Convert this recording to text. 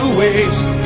waste